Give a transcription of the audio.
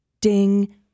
ding